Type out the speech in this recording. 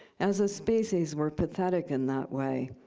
as a species, we're pathetic in that way,